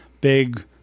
big